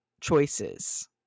choices